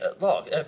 look